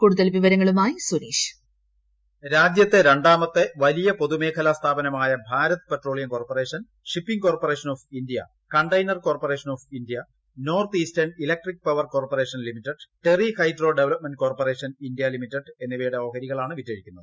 കൂടുതൽ വിവരങ്ങളുമായി സുനീഷ് വോയ്സ് രാജ്യത്തെ ര ാമത്തെ വലിയ പൊതുമേഖലാ സ്ഥാപനമായ Bharat petroleum corporation shipping corporation of India container corporation of India north eastern electric power corporation limited Tehri hydro development corporation India limited എന്നിവയുടെ ഓഹരികളാണ് വിറ്റഴിക്കുന്നത്